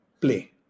play